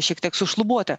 šiek tiek sušlubuoti